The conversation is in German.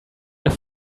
eine